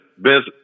business